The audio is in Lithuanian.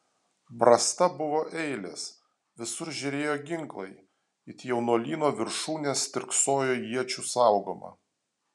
brasta buvo eilės visur žėrėjo ginklai it jaunuolyno viršūnės stirksojo iečių saugoma